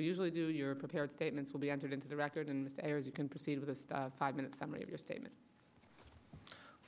we usually do you're prepared statements will be entered into the record in the air you can proceed with a five minute summary of your statement